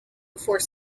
before